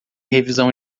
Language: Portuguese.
revisão